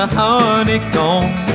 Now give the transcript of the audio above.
honeycomb